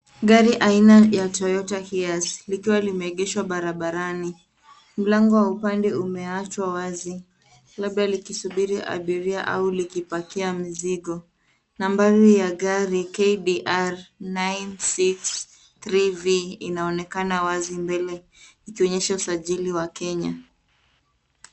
Gari aina ya Toyota Hilux likiwa limeegeshwa barabarani .Mlango wa upande umeachwa wazi labda likisubiri abiria au likipakia mzigo. Nambari la gari KBR 963V inaonekana wazi mbele ikionyesha usajili wa Kenya.